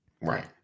Right